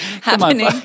happening